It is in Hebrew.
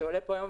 שעולה פה היום,